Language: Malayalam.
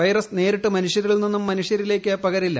വൈറസ് നേരിട്ട് മനുഷ്യരിൽ നിന്ന് മനുഷ്യരിലേക്ക് പകരില്ല